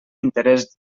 interès